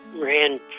ran